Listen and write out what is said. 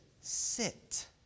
sit